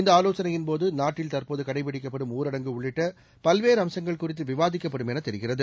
இந்த ஆலோசனையின்போது நாட்டில் தற்போது கடைப்பிடிக்கப்படும் ஊரடங்கு உள்ளிட்ட பல்வேறு அம்சங்கள் குறித்து விவாதிக்கப்படும் என தெரிகிறது